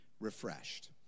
refreshed